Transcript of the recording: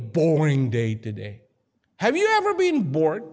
boring day today have you ever been bored